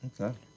Okay